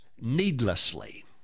needlessly